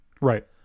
Right